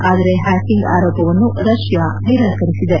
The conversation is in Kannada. ಆದರೆ ಹ್ಲಾಕಿಂಗ್ ಆರೋಪವನ್ನು ರಷ್ಲಾ ನಿರಾಕರಿಸಿದೆ